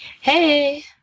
Hey